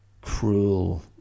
cruel